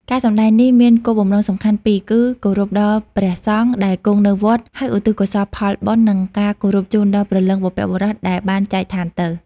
ការសម្តែងនេះមានគោលបំណងសំខាន់ពីរគឺ គោរពដល់ព្រះសង្ឃដែលគង់នៅវត្ត ហើយឧទ្ទិសកុសលផលបុណ្យ និងការគោរពជូនដល់ ព្រលឹងបុព្វបុរស ដែលបានចែកឋានទៅ។